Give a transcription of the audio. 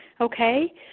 Okay